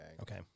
Okay